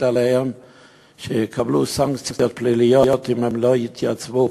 עליהם שיקבלו סנקציות פליליות אם הם לא יתייצבו,